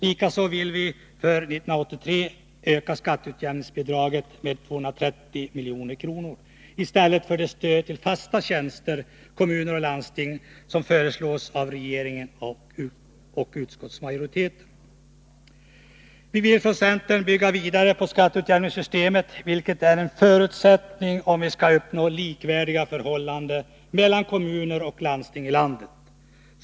Likaså vill vi för 1983 öka skatteutjämningsbidraget med 230 milj.kr., i stället för det stöd till fasta tjänster i kommuner och landsting som föreslås av regeringen och utskottsmajoriteten. Centern vill bygga vidare på skatteutjämningssystemet, vilket är en förutsättning om vi skall uppnå likvärdiga förhållanden mellan olika kommuner och landsting i landet.